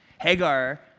Hagar